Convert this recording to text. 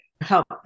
help